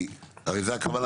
כי, הרי, זו הכוונה.